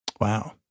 Wow